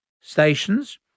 stations